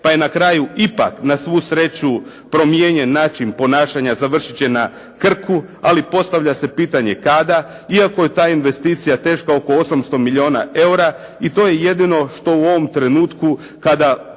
pa je na kraju ipak na svu sreću promijenjen način ponašanja. Završit će na Krku. Ali postavlja se pitanje kada. Iako je ta investicija teška oko 800 milijuna eura. I to je jednino što u ovom trenutku kada